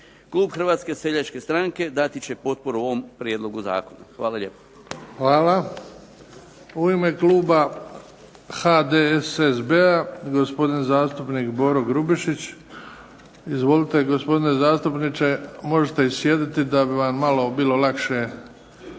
Klub Hrvatske seljačke stranke dati će potporu ovom prijedlogu zakona. Hvala lijepo. **Bebić, Luka (HDZ)** Hvala. U ime kluba HDSSB-a gospodin zastupnik Boro Grubišić. Izvolite, gospodine zastupniče. Možete i sjediti da bi vam malo bilo lakše